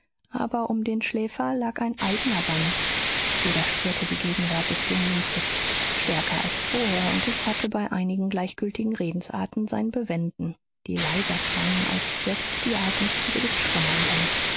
aber um den schläfer lag ein eigner bann jeder spürte die gegenwart des jünglings jetzt stärker als vorher und es hatte bei einigen gleichgültigen redensarten sein bewenden die leiser klangen als selbst die atemzüge des schlummernden